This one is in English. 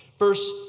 Verse